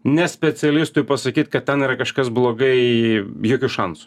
ne specialistui pasakyt kad ten yra kažkas blogai jokių šansų